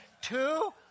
Two